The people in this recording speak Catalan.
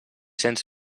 cents